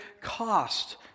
cost